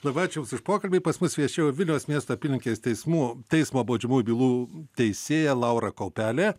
labai ačiū jums už pokalbį pas mus viešėjo vilniaus miesto apylinkės teismų teismo baudžiamųjų bylų teisėja laura kaupelė